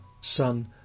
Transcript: Son